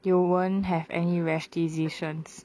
you won't have any rash decisions